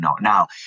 Now